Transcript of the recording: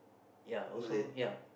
ya also ya